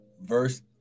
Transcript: verse